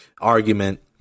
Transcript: argument